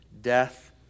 death